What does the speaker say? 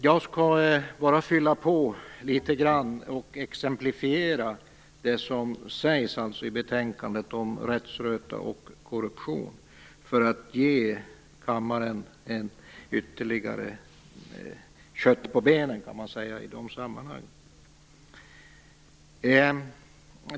Jag skall bara fylla på litet grand, och exemplifiera det som sägs i betänkandet om rättsröta och korruption för att ge kammaren ytterligare kött på benen i de här sammanhangen.